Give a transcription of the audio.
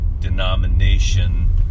denomination